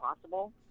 possible